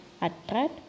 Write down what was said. attract